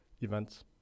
events